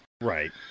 Right